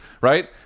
right